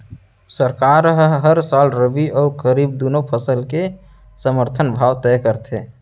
सरकार ह हर साल रबि अउ खरीफ दूनो फसल के समरथन भाव तय करथे